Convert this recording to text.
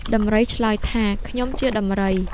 ដំរីឆ្លើយថា ខ្ញុំជាដំរី។